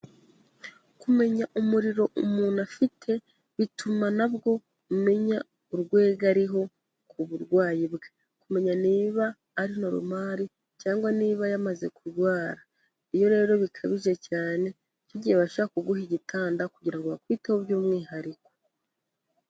Kumenya umuriro umuntu afite, bituma nabwo umenya urwego ariho ku burwayi bwe, kumenya niba ari norumari, cyangwa niba yamaze kurwara, iyo rero bikabije cyane har igihe bashobora kuguha igitanda kugira ngo bakwiteho by'umwihariko.